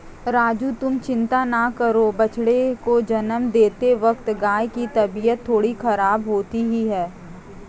राजू तुम चिंता ना करो बछड़े को जन्म देते वक्त गाय की तबीयत थोड़ी खराब होती ही है